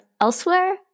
elsewhere